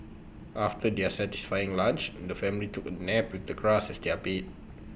after their satisfying lunch the family took A nap the grass as their bed